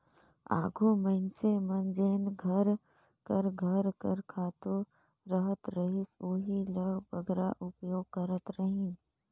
आघु मइनसे मन जेन घर कर घर कर खातू रहत रहिस ओही ल बगरा उपयोग करत रहिन